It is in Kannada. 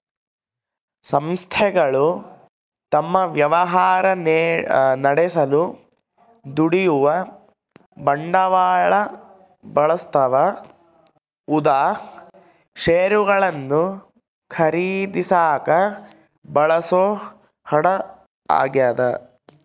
ಸಂಸ್ಥೆಗಳು ತಮ್ಮ ವ್ಯವಹಾರ ನಡೆಸಲು ದುಡಿಯುವ ಬಂಡವಾಳ ಬಳಸ್ತವ ಉದಾ ಷೇರುಗಳನ್ನು ಖರೀದಿಸಾಕ ಬಳಸೋ ಹಣ ಆಗ್ಯದ